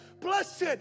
Blessed